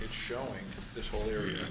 it's showing this whole area